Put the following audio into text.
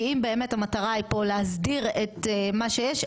כי אם באמת המטרה היא פה להסדיר את מה שיש,